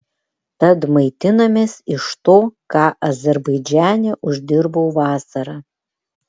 tad maitinamės iš to ką azerbaidžane uždirbau vasarą